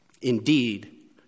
indeed